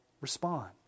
respond